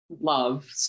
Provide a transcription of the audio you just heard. love